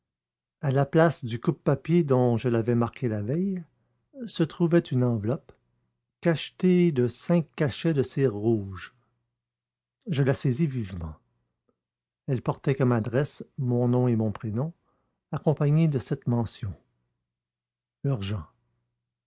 à la place du coupe papier dont je l'avais marqué la veille se trouvait une enveloppe cachetée de cinq cachets de cire rouge je la saisis vivement elle portait comme adresse mon nom et mon prénom accompagnés de cette mention urgente